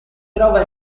trova